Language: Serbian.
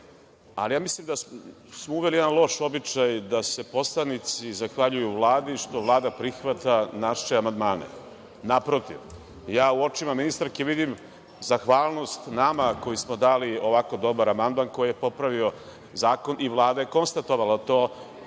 ja mislim da smo uveli jedan loš običaj da se poslanici zahvaljuju Vladi što Vlada prihvata naše amandmane. Naprotiv, ja u očima ministarke vidim zahvalnost nama koji smo dali ovako dobar amandman koji je popravio zakon i Vlada je konstatovala to